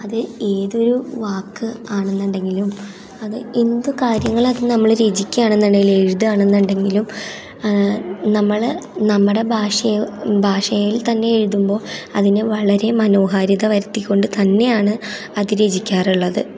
അത് ഏതൊരു വാക്ക് ആണെന്നുണ്ടെങ്കിലും അത് എന്ത് കാര്യങ്ങളത് നമ്മള് രചിക്കുകയാണെന്നു ണ്ടെങ്കിലും എഴുതുകയാണെന്നുടെങ്കിലും നമ്മള് നമ്മുടെ ഭാഷയെ ഭാഷയിൽ തന്നെ എഴുതുമ്പോൾ അതിന് വളരെ മനോഹാരിത വരുത്തികൊണ്ട് തന്നെയാണ് അത് രചിക്കാറുള്ളത്